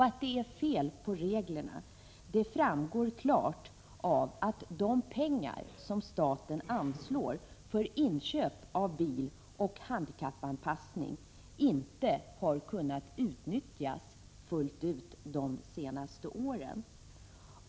Att det är fel på reglerna framgår klart av att de pengar som staten anslår för inköp av bil och handikappanpassning inte har kunnat utnyttjas fullt ut de senaste åren.